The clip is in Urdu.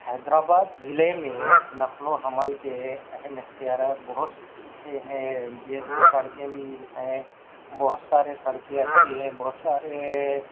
حیدر آباد ضلع میں نقل و حمل کے اہم اختیارات بہت سے ہیں جیسے سڑکیں بھی ہیں بہت سارے سڑکیں اچھی ہیں بہت سارے